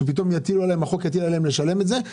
שפתאום החוק יטיל עליהם לשלם את זה.